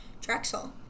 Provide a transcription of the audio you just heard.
Drexel